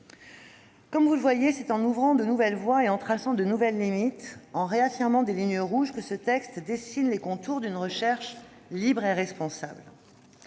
de loi. Ainsi, c'est en ouvrant de nouvelles voies et en traçant de nouvelles limites, en réaffirmant des lignes rouges, que ce texte dessine les contours d'une recherche libre et responsable.